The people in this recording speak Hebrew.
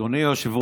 אישית.